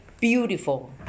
Beautiful